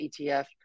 ETF